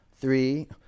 three